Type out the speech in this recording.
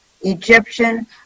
egyptian